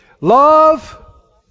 Love